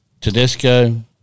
Tedesco